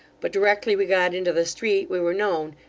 but, directly we got into the street we were known,